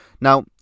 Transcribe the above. Now